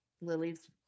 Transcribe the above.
Lily's